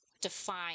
define